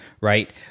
right